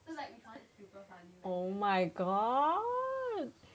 oh my god